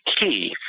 key